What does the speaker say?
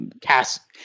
cast